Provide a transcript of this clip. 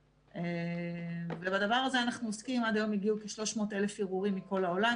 ואם כבר יש דיון פתוח בנושא העצוב הזה,